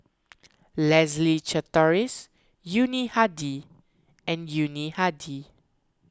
Leslie Charteris Yuni Hadi and Yuni Hadi